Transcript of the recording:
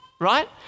right